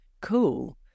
cool